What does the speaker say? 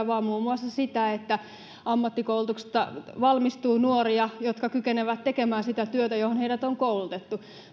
vaan myös muun muassa sitä että ammattikoulutuksesta valmistuu nuoria jotka kykenevät tekemään sitä työtä johon heidät on koulutettu